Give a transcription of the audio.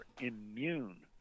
immune